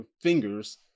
fingers